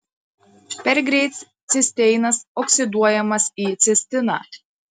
per greit cisteinas oksiduojamas į cistiną